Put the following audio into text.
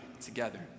together